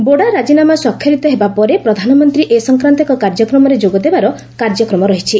ବୋଡୋ ରାଜିନାମା ସ୍ୱାକ୍ଷରିତ ହେବା ପରେ ପ୍ରଧାନମନ୍ତ୍ରୀ ଏ ସଂକ୍ରାନ୍ତ ଏକ କାର୍ଯ୍ୟକ୍ରମରେ ଯୋଗଦେବାର କାର୍ଯ୍ୟକ୍ରମ ରହିଛି